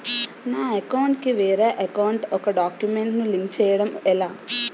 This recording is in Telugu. నా అకౌంట్ కు వేరే అకౌంట్ ఒక గడాక్యుమెంట్స్ ను లింక్ చేయడం ఎలా?